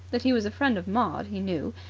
that he was a friend of maud he knew,